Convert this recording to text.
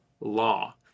law